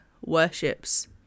worships